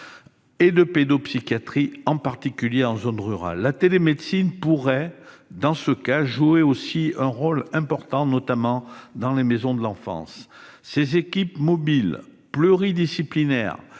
et de pédopsychiatrie, en particulier en zone rurale. La télémédecine pourrait dans ce cas jouer un rôle important, notamment dans les maisons de l'enfance. Ces équipes mobiles pluridisciplinaires